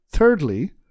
Thirdly